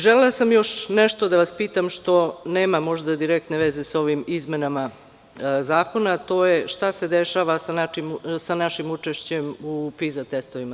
Želela sam još nešto da vas pitam, što nema možda direktne veze sa ovim izmenama zakona, a to je - šta se dešava sa našim učešćem u PISA testovima?